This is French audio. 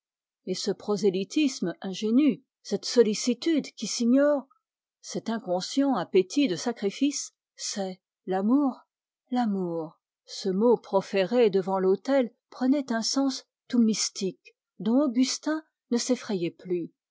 ce prosélytisme ingénu cette sollicitude qui s'ignore cet inconscient appétit de sacrifice c'est l'amour l'amour ce mot proféré devant l'autel prenait un sens tout mystique dont augustin ne s'effrayait plus